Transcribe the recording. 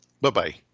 Bye-bye